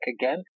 again